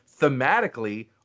thematically